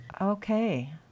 Okay